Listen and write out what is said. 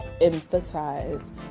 emphasize